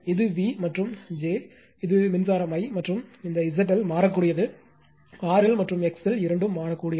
இது v இது மின்சாரம் I மற்றும் இந்த ZL மாறக்கூடியது RL மற்றும் XL இரண்டும் மாறக்கூடியவை